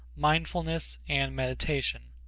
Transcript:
mindfulness and meditation.